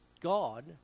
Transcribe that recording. God